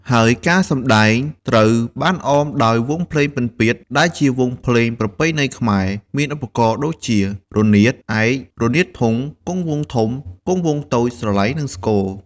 ហើយការសម្តែងត្រូវបានអមដោយ វង់ភ្លេងពិណពាទ្យ ដែលជាវង់ភ្លេងប្រពៃណីខ្មែរ មានឧបករណ៍ដូចជា រនាតឯក រនាតធុង គងវង់ធំ គងវង់តូច ស្រឡៃ និងស្គរ។